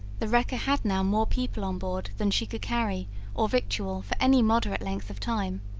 the wrecker had now more people on board than she could carry or victual for any moderate length of time